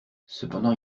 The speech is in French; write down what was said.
cependant